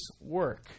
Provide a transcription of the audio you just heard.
work